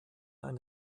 ein